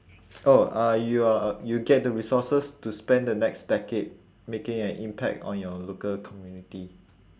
oh uh you're uh you get the resource to spend the next decade making an impact on your local community